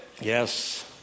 Yes